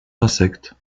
insectes